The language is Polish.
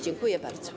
Dziękuję bardzo.